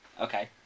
Okay